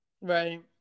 right